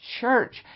church